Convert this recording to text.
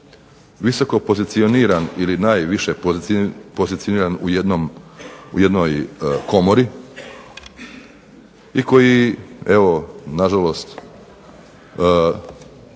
visoko pozicioniran ili najviše pozicioniran u jednoj komori, i koji evo na žalost